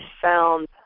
found